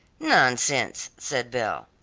nonsense, said belle,